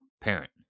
parent